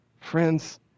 Friends